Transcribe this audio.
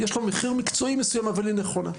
יש לה מחיר מקצועי מסוים, אבל היא נכונה.